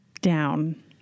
down